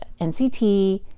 NCT